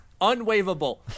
Unwavable